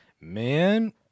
man